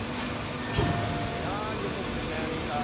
ah, yeah you missed it, manny.